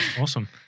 awesome